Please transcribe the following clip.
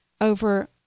over